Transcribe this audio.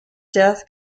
death